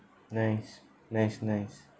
nice nice nice